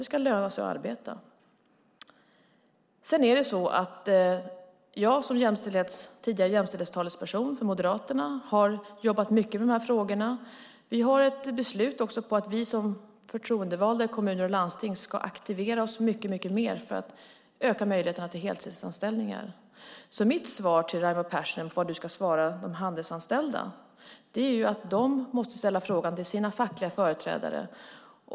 Det ska löna sig att arbeta. Jag som tidigare jämställdhetstalesperson för Moderaterna har jobbat mycket med dessa frågor. Vi har ett beslut på att vi som förtroendevalda i kommuner och landsting ska aktivera oss mycket mer för att öka möjligheterna till heltidsanställningar. Mitt svar till Raimo Pärssinen på vad du ska svara de handelsanställda är att de måste ställa frågan till sina fackliga företrädare.